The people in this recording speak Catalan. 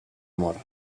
mor